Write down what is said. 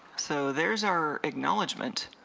so there's our acknowledgement